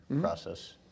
process